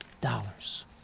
dollars